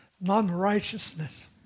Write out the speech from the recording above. non-righteousness